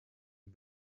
and